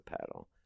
paddle